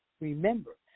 Remember